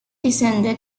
descended